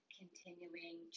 continuing